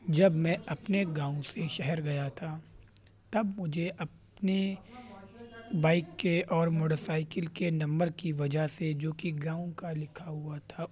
جب میں اپنے گاؤں سے شہر گیا تھا تب مجھے اپنے بائیک کے اور موٹرسائیکل کے نمبر كی وجہ سے جو كہ گاؤں كا لكھا ہوا تھا